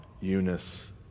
Eunice